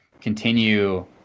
continue